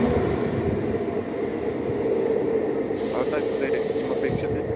अस्तु भवतः कृते किमपेक्ष्यते